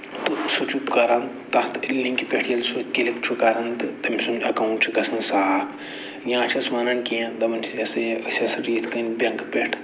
تہٕ سُہ چھُ کَران تَتھ لِنٛکہِ پٮ۪ٹھ ییٚلہِ سُہ کِلِک چھُ کَران تہٕ تٔمۍ سُنٛد اٮ۪کاوُنٛٹ چھُ گژھان صاف یا چھِس وَنان کیٚنہہ دَپان چھِس یہِ ہسا یہِ أسۍ ہسا چھِ یِتھ کٔنۍ بیٚنکہٕ پٮ۪ٹھ